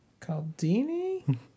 Caldini